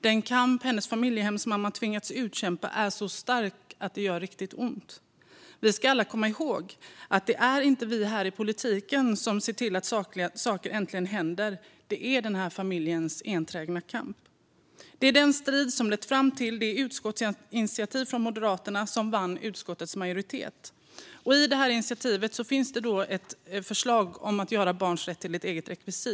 Den kamp som hennes familjehemsmamma tvingats utkämpa är så stark att det gör riktigt ont. Vi ska alla komma ihåg att det inte är vi här i politiken som har sett till att saker äntligen händer, utan det är denna familjs enträgna kamp. Det är den striden som har lett fram till det utskottsinitiativ från Moderaterna som vann utskottets majoritet. I initiativet finns ett förslag om att göra barns rätt till ett eget rekvisit.